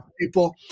people